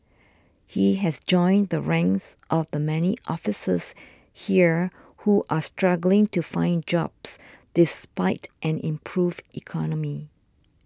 he has joined the ranks of the many officers here who are struggling to find jobs despite an improved economy